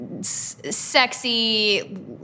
sexy